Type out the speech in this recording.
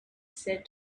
said